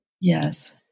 Yes